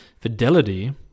Fidelity